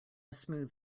smooth